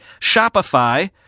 Shopify